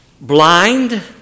Blind